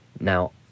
Now